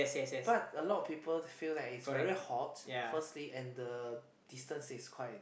but a lot of people feel like it's very hot firstly and the distance is quite